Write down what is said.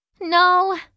No